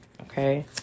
okay